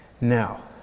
Now